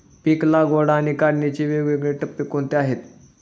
पीक लागवड आणि काढणीचे वेगवेगळे टप्पे कोणते आहेत?